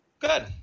Good